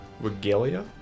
Regalia